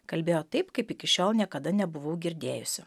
kalbėjo taip kaip iki šiol niekada nebuvau girdėjusi